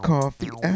Coffee